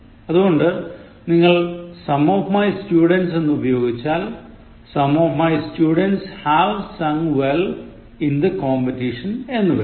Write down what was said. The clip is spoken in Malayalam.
അതുകൊണ്ട് നിങ്ങൾ some of my students എന്നുപയോഗിച്ചാൽ Some of my students have sung well in the competition എന്നുവരും